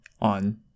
on